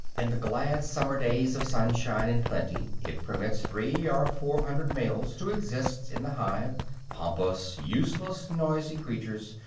in the glad summer days of sunshine and plenty it permits three or four hundred males to exist in the hive pompous, useless, noisy creatures,